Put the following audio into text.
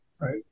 Right